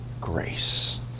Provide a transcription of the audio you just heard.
grace